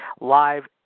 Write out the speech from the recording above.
live